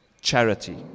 charity